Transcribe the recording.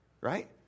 Right